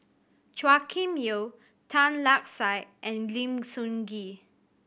Chua Kim Yeow Tan Lark Sye and Lim Sun Gee